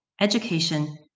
education